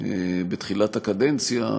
בתחילת הקדנציה,